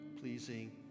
pleasing